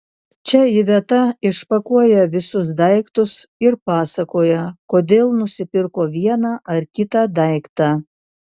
čia iveta išpakuoja visus daiktus ir pasakoja kodėl nusipirko vieną ar kitą daiktą